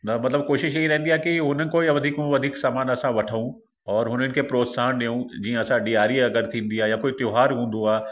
न मतलबु कोशिश इअं ई रहंदी आहे कि उन्हनि खां या वधीक खां वधीक सामान असां वठूं और उन्हनि खे प्रोत्साहन ॾियूं जीअं असां ॾियारी अगरि थींदी आहे या कोई त्योहार हूंदो आहे